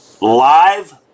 live